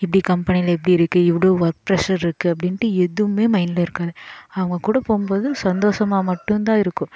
இப்படி கம்பெனியில் இப்படி இருக்குது இவுளோ ஒர்க் ப்ரெஷர் இருக்குது அப்படின்ட்டு எதுவுமே மைண்டில் இருக்காது அவங்க கூட போகும்போது சந்தோஷமாக மட்டும்தான் இருக்கும்